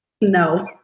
No